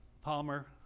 Palmer